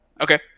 Okay